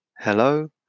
Hello